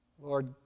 Lord